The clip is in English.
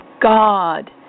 God